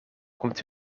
komt